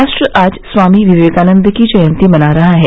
राष्ट्र आज स्वामी विवेकानन्द की जयंती मना रहा है